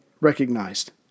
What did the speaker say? recognized